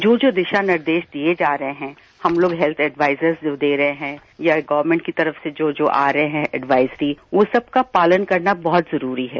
जो जो दिशा निर्देश दिए जा रहे हैं हम लोग हेल्थ एडवाइजर्स दे रहे हैं या गवर्नमेंट की तरफ से जो जो आ रहे हैं ऐडवाइज भी वो सबका पालन करना बहुत जरूरी है